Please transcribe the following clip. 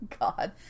God